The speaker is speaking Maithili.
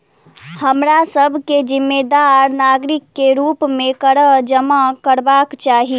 हमरा सभ के जिम्मेदार नागरिक के रूप में कर जमा करबाक चाही